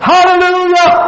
Hallelujah